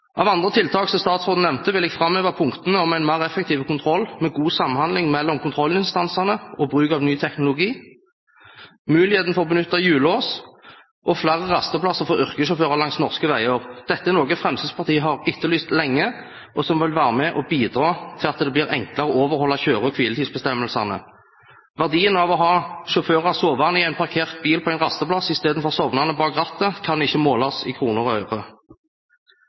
Av andre tiltak som statsråden nevnte, vil jeg framheve punktene om en mer effektiv kontroll med god samhandling mellom kontrollinstansene og bruk av ny teknologi, muligheten for å benytte hjullås og flere rasteplasser for yrkessjåfører langs norske veier. Dette er noe Fremskrittspartiet har etterlyst lenge, og som vil være med og bidra til at det blir enklere å overholde kjøre- og hviletidsbestemmelsene. Verdien av å ha sjåfører sovende i en parkert bil på en rasteplass istedenfor sovnende bak rattet kan ikke måles i kroner og øre.